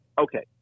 okay